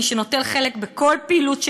מי שנוטל חלק בכל פעילות,